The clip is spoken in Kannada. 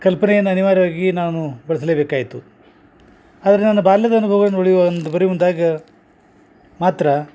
ಕಲ್ಪನೆಯನ್ನು ಅನಿವಾರ್ಯವಾಗಿ ನಾನು ಬಳಸ್ಲೇಬೇಕಾಯಿತು ಆದರೆ ನನ್ನ ಬಾಲ್ಯದ ಅನುಭವ ನೋಡಿ ಒಂದು ಬರಿ ಮುಂದಾಗ ಮಾತ್ರ